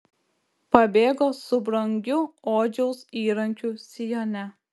pabėgo su brangiu odžiaus įrankiu sijone